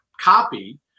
copy